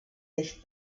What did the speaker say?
nicht